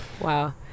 wow